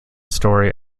story